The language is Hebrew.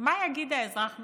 מה יגיד האזרח בקצה?